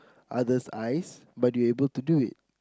others eyes but you are able to do it